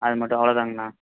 அதுமட்டும் அவ்வளோதாங்கண்ணா